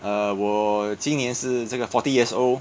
err 我今年是这个 forty years old